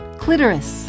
clitoris